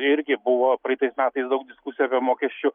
irgi buvo praeitais metais daug diskusijų apie mokesčių